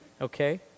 Okay